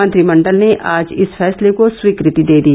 मंत्रिमंडल ने आज इस फैसले को स्वीकृति दे दी